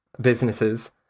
businesses